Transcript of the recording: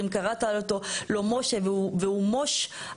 אם קראת לו משה והוא מוש,